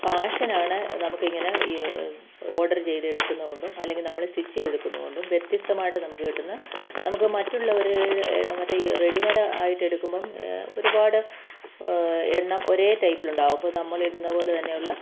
ഫാഷനാണ് നമുക്കിങ്ങനെ ഓഡറ് ചെയ്തെടുക്കുന്നതുകൊണ്ടും അല്ലെങ്കിൽ നമ്മൾ സ്റ്റിച്ച് ചെയ്തെടുക്കുന്നതുകൊണ്ടും വ്യത്യസ്തമായിട്ട് നമുക്ക് കിട്ടുന്ന നമുക്ക് മറ്റുള്ളവർ മറ്റേ ഈ റെഡി മേയ്ഡ് ആയിട്ട് എടുക്കുമ്പം ഒരുപാട് എണ്ണം ഒരേ ടൈപ്പിലുണ്ടാവും അപ്പം നമ്മളിടുന്ന പോലെത്തന്നെയുള്ള